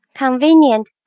convenient